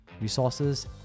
resources